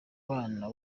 bana